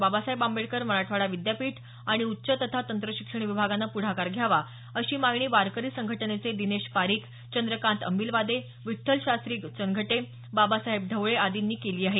बाबासाहेब आंबेडकर मराठवाडा विद्यापीठ आणि उच्च तथा तंञ शिक्षण विभागानं प्रढाकार घ्यावा अशी मागणी वारकरी संघटनेचे दिनेश पारीख चंद्रकांत अंबिलवादे विठ्ठलशास्ञी चनघटे बाबासाहेब ढवळे आदींनी केली आहे